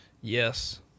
Yes